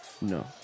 No